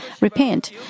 repent